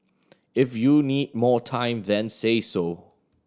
if you need more time then say so